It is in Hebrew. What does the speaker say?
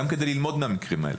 גם כדי ללמוד מהמקרים האלה.